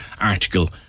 article